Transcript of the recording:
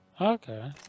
okay